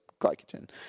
glycogen